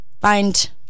find